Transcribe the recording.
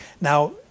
Now